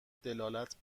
دلالت